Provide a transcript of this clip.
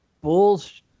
Bulls